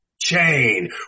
chain